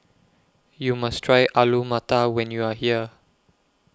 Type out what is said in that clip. YOU must Try Alu Matar when YOU Are here